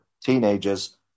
Teenagers